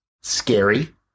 scary